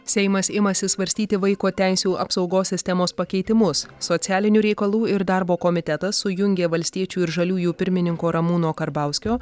seimas imasi svarstyti vaiko teisių apsaugos sistemos pakeitimus socialinių reikalų ir darbo komitetas sujungė valstiečių ir žaliųjų pirmininko ramūno karbauskio